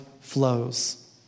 flows